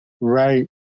Right